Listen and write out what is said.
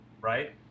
right